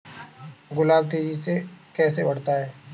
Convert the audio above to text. गुलाब तेजी से कैसे बढ़ता है?